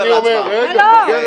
רגע, חכה.